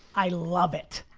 i love it.